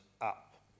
up